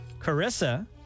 Carissa